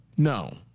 No